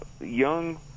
young